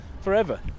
forever